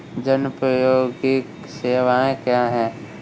जनोपयोगी सेवाएँ क्या हैं?